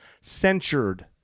censured